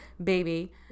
Baby